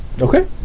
Okay